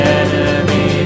enemy